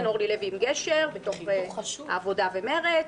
אורלי לוי עם גשר בתוך העבודה ומרצ,